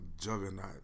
juggernaut